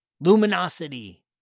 luminosity